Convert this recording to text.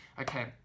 Okay